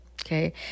Okay